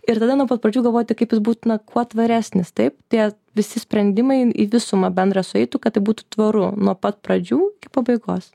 ir tada nuo pat pradžių galvoti kaip jis būt na kuo tvaresnis taip tie visi sprendimai į visumą bendrą sueitų kad tik būtų tvaru nuo pat pradžių iki pabaigos